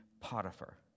Potiphar